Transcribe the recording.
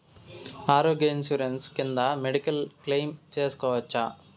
ఆరోగ్య ఇన్సూరెన్సు కింద medical claim సేసుకోవచ్చా?